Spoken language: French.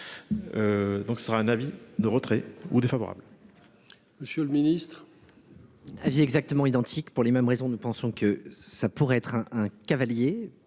Donc ce sera un avis de retrait ou défavorables.